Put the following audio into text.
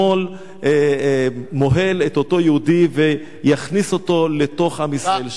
וימול מוהל את אותו יהודי ויכניס אותו לתוך עם ישראל.